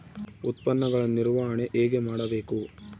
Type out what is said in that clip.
ಉತ್ಪನ್ನಗಳ ನಿರ್ವಹಣೆ ಹೇಗೆ ಮಾಡಬೇಕು?